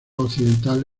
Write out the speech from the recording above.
occidental